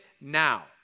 now